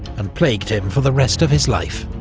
and plagued him for the rest of his life.